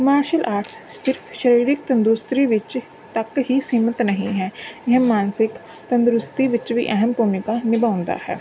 martial arts ਸਿਰਫ ਸਰੀਰਿਕ ਤੰਦਰੁਸਤੀ ਵਿੱਚ ਤੱਕ ਹੀ ਸੀਮਤ ਨਹੀਂ ਹੈ ਇਹ ਮਾਨਸਿਕ ਤੰਦਰੁਸਤੀ ਵਿੱਚ ਵੀ ਅਹਿਮ ਭੂਮਿਕਾ ਨਿਭਾਉਂਦਾ ਹੈ